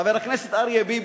חבר הכנסת אריה ביבי,